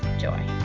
joy